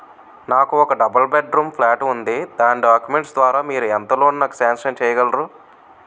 నాకు ఒక double bedroom plot ఉంది దాని డాక్యుమెంట్స్ లు ద్వారా మీరు ఎంత లోన్ నాకు సాంక్షన్ చేయగలరు?